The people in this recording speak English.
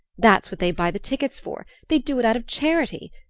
that's what they buy the tickets for they do it out of charity.